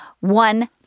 one